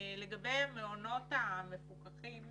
לגבי המעונות המפוקחים,